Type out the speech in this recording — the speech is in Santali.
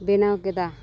ᱵᱮᱱᱟᱣ ᱠᱮᱫᱟ